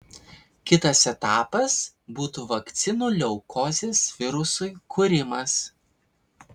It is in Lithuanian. kitas etapas būtų vakcinų leukozės virusui kūrimas